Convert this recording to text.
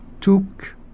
took